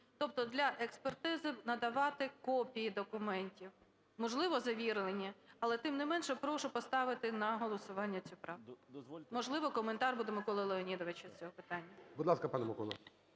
Тобто для експертизи надавати копії документів, можливо, завірені. Але, тим не менше, прошу поставити на голосування цю правку. Можливо, коментар Миколи Леонідовича з цього питання. ГОЛОВУЮЧИЙ. Будь ласка, пане Миколо.